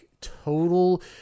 total